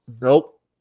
nope